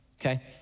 okay